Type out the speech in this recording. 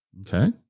okay